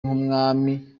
nk’umwami